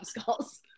skulls